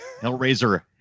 Hellraiser